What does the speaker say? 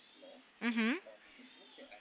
mmhmm